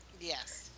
yes